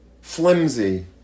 flimsy